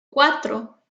cuatro